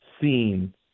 seen